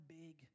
big